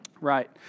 Right